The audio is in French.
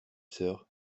soeur